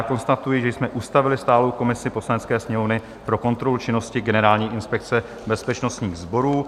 Konstatuji, že jsme ustavili stálou komisi Poslanecké sněmovny pro kontrolu činnosti Generální inspekce bezpečnostních sborů.